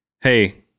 hey